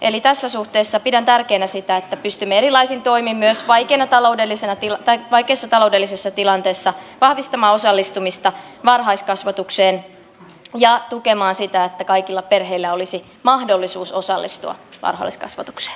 eli tässä suhteessa pidän tärkeänä sitä että pystymme erilaisin toimin myös vaikeassa taloudellisessa tilanteessa vahvistamaan osallistumista varhaiskasvatukseen ja tukemaan sitä että kaikilla perheillä olisi mahdollisuus osallistua varhaiskasvatukseen